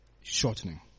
shortening